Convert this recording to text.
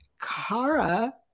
Kara